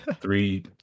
three